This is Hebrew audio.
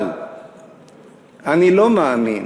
אבל אני לא מאמין